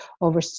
over